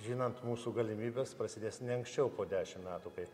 žinant mūsų galimybes prasidės ne anksčiau po dešim metų kai